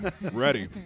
Ready